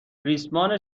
ریسمان